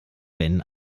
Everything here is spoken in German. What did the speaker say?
wenn